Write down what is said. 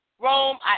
Rome